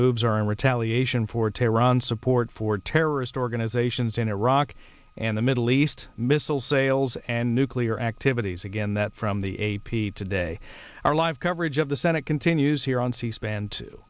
moves are in retaliation for tehran's support for terrorist organizations in iraq and the middle east missile sales and nuclear activities again that from the a p today our live coverage of the senate continues here on c span to